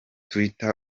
twitter